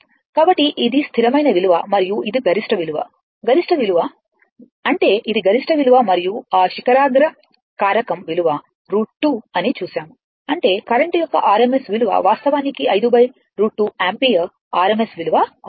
కాబట్టి ఇది స్థిరమైన విలువ మరియు ఇది గరిష్ట విలువ గరిష్ట విలువ అంటే ఇది గరిష్ట విలువ మరియు ఆ శిఖరాగ్ర కారకం విలువ √2 అని చూశాము అంటే కరెంట్ యొక్క RMS విలువ వాస్తవానికి 5 √2 యాంపియర్ RMS విలువ అవుతుంది